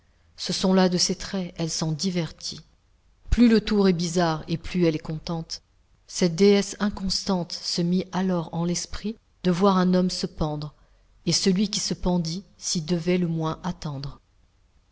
ce sont là de ses traits elle s'en divertit plus le tour est bizarre et plus elle est contente cette déesse inconstante se mit alors en l'esprit de voir un homme se pendre et celui qui se pendit s'y devait le moins attendre